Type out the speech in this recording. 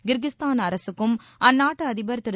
Kyrgyzstan அரசுக்கும் அந்நாட்டு அதிபர் திரு